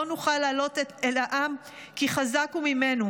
נוכל לעלות אל העם כי חזק הוא ממנו",